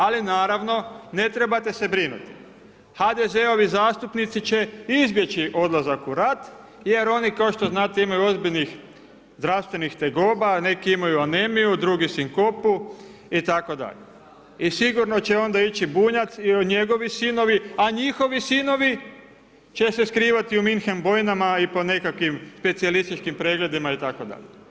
Ali naravno ne trebate se brinuti, HDZ-ovi zastupnici će izbjeći odlazak u rat jer oni kao što znate imaju ozbiljnih zdravstvenih tegoba, neki imaju anemiju, drugi sinkopu itd. i sigurno će onda ići Bunjac i njegovi sinovi, a njihovi sinovi će se skrivati u münchen bojnama i po nekakvim specijalističkim pregledima itd.